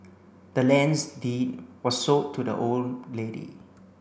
the land's deed was sold to the old lady